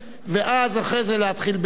ואז אחרי זה להתחיל בנאומך.